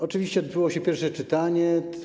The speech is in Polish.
Oczywiście odbyło się pierwsze czytanie.